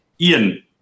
Ian